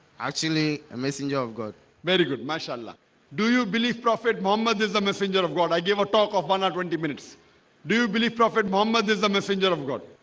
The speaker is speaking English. actually a messenger of god very good. mashallah do you believe prophet muhammad is the messenger of god i gave a talk of one or twenty minutes do you believe prophet muhammad is the messenger of god?